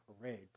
parade